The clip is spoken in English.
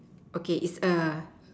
okay is err